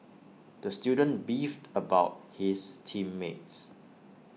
the student beefed about his team mates